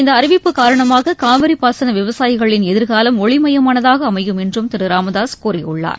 இந்த அறிவிப்பு காரணமாக காவிரி பாசன விவசாயிகளின் எதிர்காலம் ஒளிமயமானதாக அமையும் என்றும் திரு ராமதாசு கூறியுள்ளார்